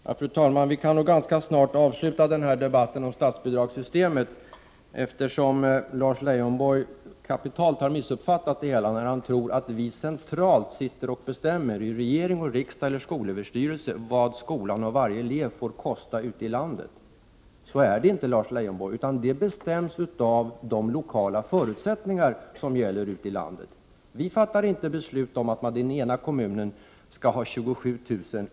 Fru talman! Vi kan nog ganska snart avsluta den här debatten om statsbidragssystemet, eftersom Lars Leijonborg kapitalt har missuppfattat det hela när han tror att vi centralt — i regeringen, i riksdagen eller på Prot. 1988/89:35 skolöverstyrelsen — sitter och bestämmer vad varje elev ute i landet får kosta. 30 november 1988 Så är det inte, Lars Leijonborg, utan det bestäms av de lokala förutsättningar — tm. some. n ön som gäller i landet. Vi fattar inte beslut om att man i den ena kommunen skall ha 27 000 kr.